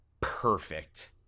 perfect